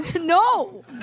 No